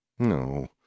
No